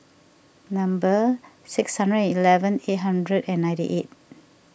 number six hundred eleven eight hundred and ninety eight